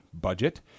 budget